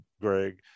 Greg